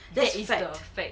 that is the facts